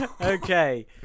Okay